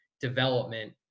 development